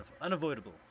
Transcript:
unavoidable